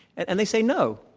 and and they say, no,